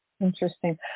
Interesting